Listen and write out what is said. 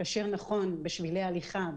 לקשר נכון בשבילי הליכה,